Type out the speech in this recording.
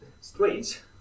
strange